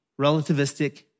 relativistic